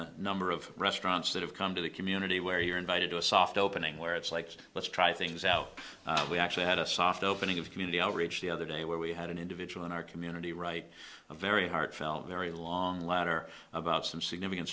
a number of restaurants that have come to the community where you're invited to a soft opening where it's like let's try things out we actually had a soft opening of community outrage the other day where we had an individual in our community write a very heartfelt very long letter about some significant